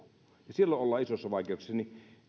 silloin ollaan isoissa vaikeuksissa